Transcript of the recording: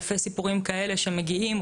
אלפי סיפורים כאלה שמגיעים,